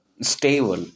stable